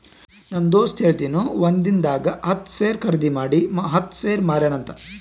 ನಮ್ ದೋಸ್ತ ಹೇಳತಿನು ಒಂದಿಂದಾಗ ಹತ್ತ್ ಶೇರ್ ಖರ್ದಿ ಮಾಡಿ ಹತ್ತ್ ಶೇರ್ ಮಾರ್ಯಾನ ಅಂತ್